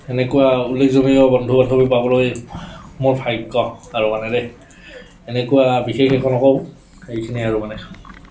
এনেকুৱা উল্লেখজনীয় বন্ধু বান্ধৱী পাবলৈ মোৰ ভাগ্য আৰু মানে দ এনেকুৱা বিশেষ একো নকওঁ এইখিনি আৰু মানে